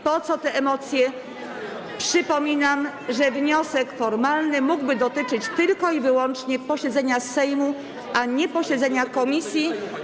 Przypominam, że wniosek formalny mógłby dotyczyć tylko i wyłącznie posiedzenia Sejmu, a nie posiedzenia komisji.